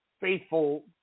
faithful